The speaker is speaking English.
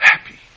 happy